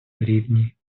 рівні